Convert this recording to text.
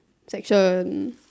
section